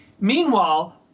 Meanwhile